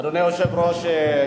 אדוני היושב-ראש,